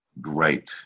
Great